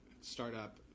startup